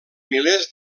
milers